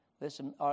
Listen